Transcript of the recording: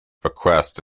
bequest